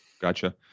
Gotcha